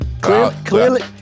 clearly